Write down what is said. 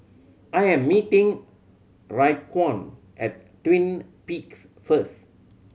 I am meeting Raekwon at Twin Peaks first